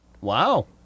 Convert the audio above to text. Wow